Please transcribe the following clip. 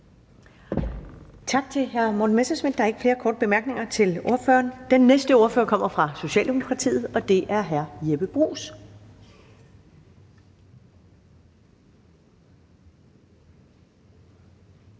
Tak til den radikale ordfører. Der er ikke flere korte bemærkninger til ordføreren. Den næste ordfører kommer fra Socialistisk Folkeparti, og det er hr. Rasmus